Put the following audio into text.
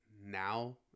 Now